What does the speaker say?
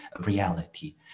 reality